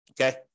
Okay